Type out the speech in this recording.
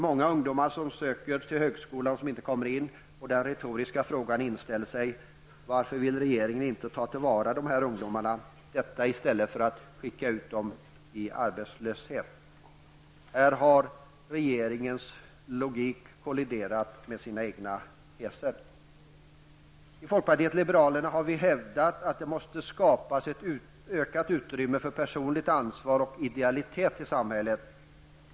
Många ungdomar som söker till högskolan kommer inte in, och den retoriska frågan inställer sig: Varför vill regeringen inte ta till vara dessa ungdomar i stället för att skicka ut dem i arbetslöshet? Regeringens logik har här kolliderat med sina egna teser. Vi i folkpartiet liberalerna har hävdat att det måste skapas ett ökat utrymme för personligt ansvar och idealitet i samhället.